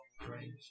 Pray